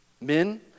men